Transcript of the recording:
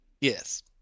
Yes